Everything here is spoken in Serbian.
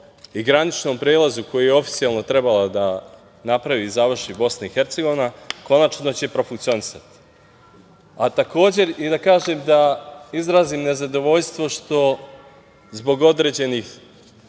i graničnom prelazu koji je oficijalno trebala da napravi i završi Bosna i Hercegovina, konačno da će profunkcionisati. Takođe i da kažem i da izrazim nezadovoljstvo što zbog određenih